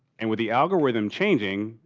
and with the algorithm changing,